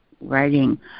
writing